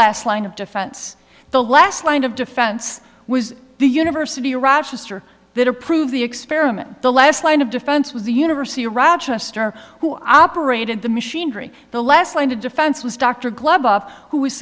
last line of defense the last line of defense was the university of rochester that approved the experiment the last line of defense was the university of rochester who operated the machinery the less line of defense was dr